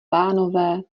pánové